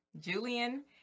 Julian